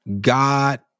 God